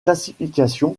classification